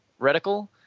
reticle